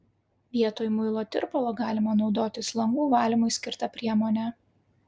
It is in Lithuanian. vietoj muilo tirpalo galima naudotis langų valymui skirta priemone